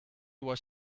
was